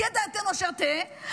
תהא דעתנו אשר תהא,